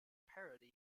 parody